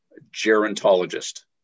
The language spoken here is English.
gerontologist